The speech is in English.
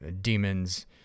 demons